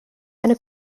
eine